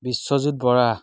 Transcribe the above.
Biswajit Bora